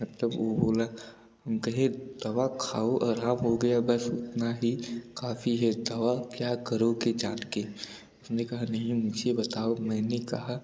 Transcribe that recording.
मतलब वो बोला हम कहें दवा खाओ आराम हो गया बस इतना ही काफ़ी है दवा क्या करोगे जानके उसने कहा नहीं मुझे बताओ मैंने कहा